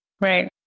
right